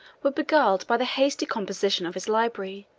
were beguiled by the hasty composition of his library,